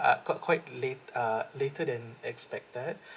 uh got quite late uh later than expected